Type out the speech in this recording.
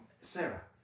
Sarah